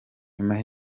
nyuma